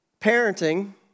Parenting